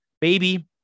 baby